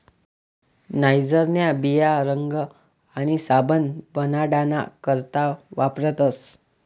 नाइजरन्या बिया रंग आणि साबण बनाडाना करता वापरतस